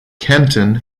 kenton